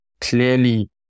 clearly